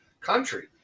country